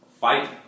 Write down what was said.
fight